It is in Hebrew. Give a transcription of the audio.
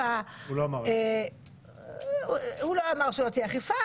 להבין איך היא מתמודדת עם הזן שנקרא מיכל וולדיגר,